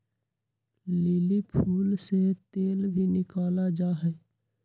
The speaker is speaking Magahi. लिली फूल से तेल भी निकाला जाहई